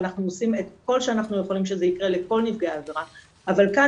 אנחנו עושים את כל שאנחנו יכולים שזה יקרה לכל נפגעי עבירה אבל כאן